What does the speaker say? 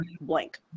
blank